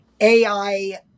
AI